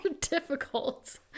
difficult